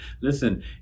Listen